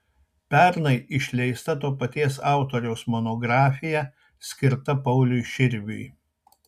pernai išleista to paties autoriaus monografija skirta pauliui širviui